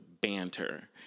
banter